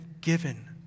given